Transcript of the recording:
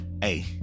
Hey